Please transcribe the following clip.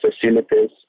facilities